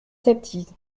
septies